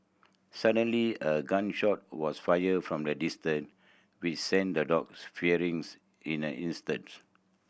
suddenly a gun shot was fired from the distance which sent the dogs fleeing in an instance